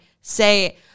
say